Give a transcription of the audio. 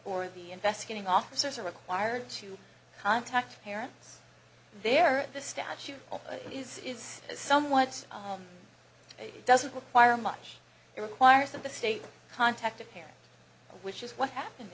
or the investigating officers are required to contact parents there at the statute is is is somewhat it doesn't require much it requires that the state contact a parent which is what happened